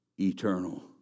eternal